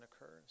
occurs